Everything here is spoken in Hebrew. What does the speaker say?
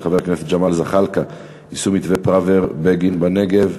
של חבר הכנסת ג'מאל זחאלקה: יישום מתווה פראוור-בגין בנגב,